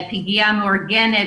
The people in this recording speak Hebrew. פשיעה מאורגנת,